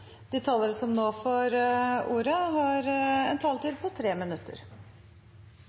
De talere som heretter får ordet, har en taletid på inntil tre minutter.